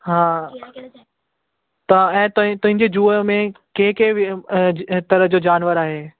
हा त ऐं ताईं तुंहिंजी जूअ में कंहिं कंहिं तरह जो जानवर आहे